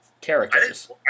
characters